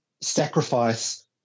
sacrifice